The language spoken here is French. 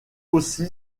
aussi